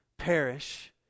Perish